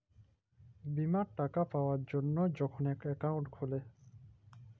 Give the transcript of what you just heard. বীমার টাকা পাবার জ্যনহে যখল ইক একাউল্ট খুলে